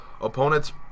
opponents